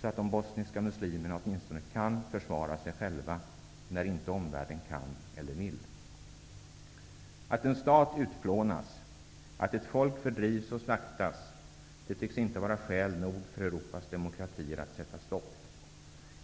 så att de bosniska muslimerna åtminstone kan försvara sig själva när inte omvärlden kan eller vill. Att en stat utplånas, att ett folk fördrivs och slaktas tycks inte vara skäl nog för Europas demokratier att sätta stopp.